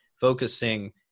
focusing